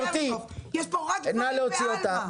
יש פה רק דברים בעלמא.